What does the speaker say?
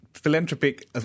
Philanthropic